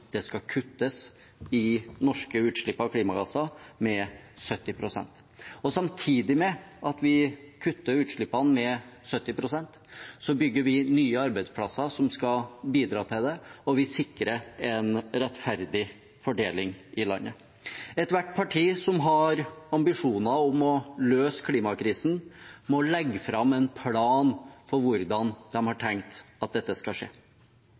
det skal kuttes i norske utslipp av klimagasser med 70 pst. Samtidig med at vi kutter utslippene med 70 pst., bygger vi nye arbeidsplasser som skal bidra til det, og vi sikrer en rettferdig fordeling i landet. Ethvert parti som har ambisjoner om å løse klimakrisen, må legge fram en plan for hvordan de har tenkt at det skal skje.